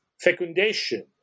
fecundation